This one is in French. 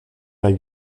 lac